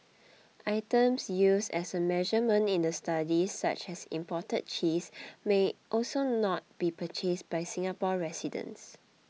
items used as a measurement in the study such as imported cheese may also not be purchased by Singapore residents